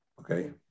okay